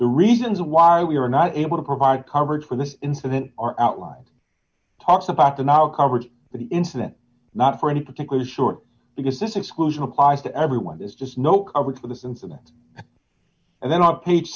the reasons why we are not able to provide coverage for this incident are outlined talks about the now covered the incident not for any particular shorts because this exclusion applies to everyone there's just no coverage for this incident and then on page